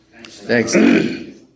Thanks